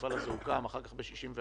כשהמפעל הזה הוקם אחר כך ב-64',